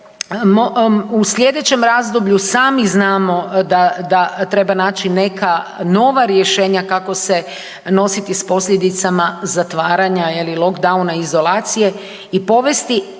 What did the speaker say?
u sljedećem razdoblju sami znamo da treba naći neka nova rješenja kako se nositi s posljedicama zatvaranja je li lockdowna, izolacije i povesti